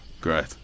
great